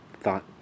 thought